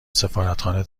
سفارتخانه